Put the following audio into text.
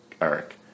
Eric